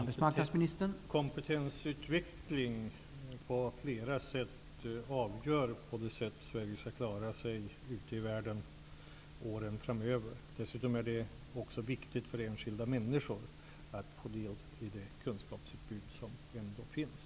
Herr talman! Kompetensutveckling avgör hur Sverige skall klara sig ute i världen under åren framöver. Dessutom är det också viktigt för enskilda människor att få del av det kunskapsutbud som ändå finns.